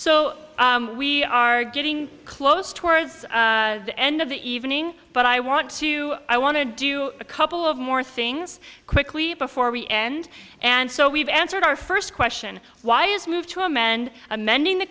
so we are getting close towards the end of the evening but i want to i want to do a couple of more things quickly before we end and so we've answered our first question why is move to amend amending the